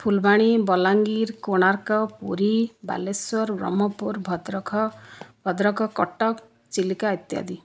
ଫୁଲବାଣୀ ବଲାଙ୍ଗୀର କୋଣାର୍କ ପୁରୀ ବାଲେଶ୍ଵର ବ୍ରହ୍ମପୁର ଭଦ୍ରକ ଭଦ୍ରକ କଟକ ଚିଲିକା ଇତ୍ୟାଦି